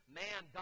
man